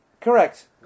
Correct